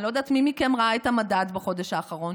אני לא יודעת מי מכם ראה את המדד בחודש האחרון,